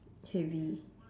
heavy